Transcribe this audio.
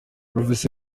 prof